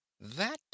That